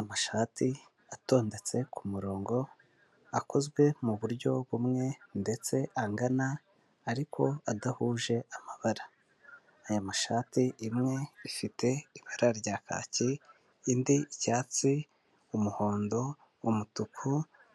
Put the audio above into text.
Amashati atondetse ku murongo akozwe muburyo bumwe ndetse angana ariko adahuje amabara aya mashati imwe ifite ibara rya kaki indi icyatsi, umuhondo, umutuku